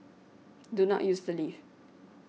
do not use the lift